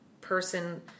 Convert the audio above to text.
person